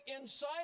inside